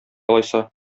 алайса